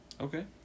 Okay